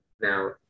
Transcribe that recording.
Now